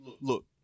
look